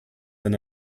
than